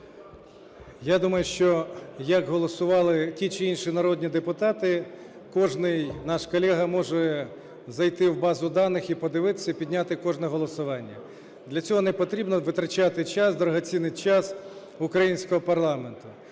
Я думаю, що як голосували ті чи інші народні депутати, кожний наш колега може зайти в базу даних і подивитися, і підняти кожне голосування. Для цього не потрібно витрачати час, дорогоцінний час українського парламенту.